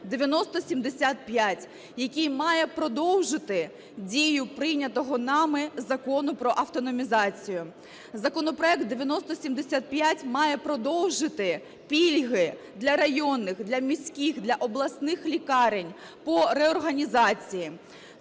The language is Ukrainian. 9075, який має продовжити дію прийнятого нами Закону про автономізацію. Законопроект 9075 має продовжити пільги для районних, для міських, для обласних лікарень по реорганізації.